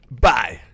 Bye